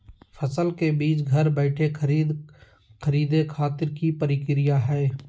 फसल के बीज घर बैठे खरीदे खातिर की प्रक्रिया हय?